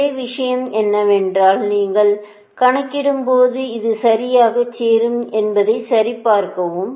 ஒரே விஷயம் என்னவென்றால் நீங்கள் கணக்கிடும்போது இது சரியாகச் சேரும் என்பதைச் சரிபார்க்கவும்